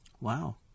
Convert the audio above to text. Wow